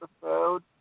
episode